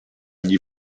gli